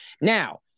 Now